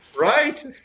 Right